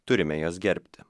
turime juos gerbti